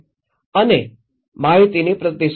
અને માહિતીની પ્રતિષ્ઠા